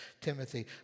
Timothy